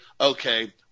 okay